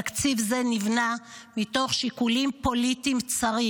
תקציב זה נבנה מתוך שיקולים פוליטיים צרים